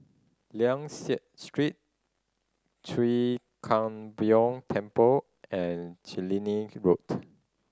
Liang Seah Street Chwee Kang Beo Temple and Killiney Road